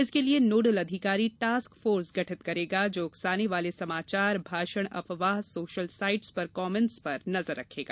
इसके लिये नोडल अधिकारी टॉस्क फोर्स गठित करेगा जो उकसाने वाले समाचार भाषण अफवाह सोशल साइट्स कमेंट पर नजर रखेगा